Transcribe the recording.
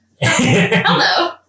Hello